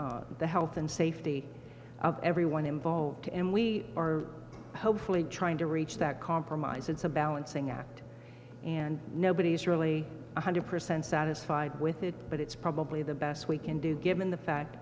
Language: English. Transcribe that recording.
and the health and safety of everyone involved and we are hopefully trying to reach that compromise it's a balancing act and nobody is really one hundred percent satisfied with it but it's probably the best we can do given the fact